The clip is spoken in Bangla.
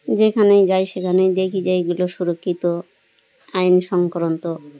যেখানেই যাই সেখানেই দেখি যে এগুলো সুরক্ষিত আইন সংক্রান্ত